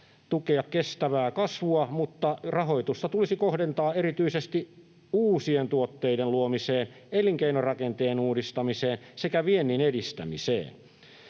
tukea kestävää kasvua, mutta rahoitusta tulisi kohdentaa erityisesti uusien tuotteiden luomiseen, elinkeinorakenteen uudistamiseen sekä viennin edistämiseen.